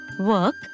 work